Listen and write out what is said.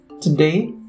Today